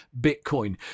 Bitcoin